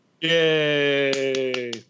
Yay